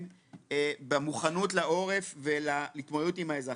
במוכנות לעורף ולהתמודדות עם האזרח.